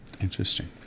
Interesting